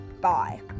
bye